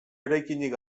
eraikinik